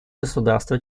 государство